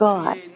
God